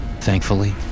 Thankfully